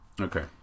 Okay